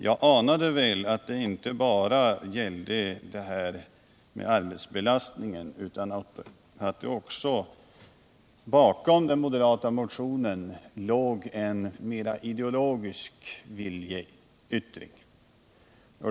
Jag anade väl att det inte bara gällde detta med arbetsbelastningen utan att det bakom den moderata motionen låg en mer ideologisk viljeyttring.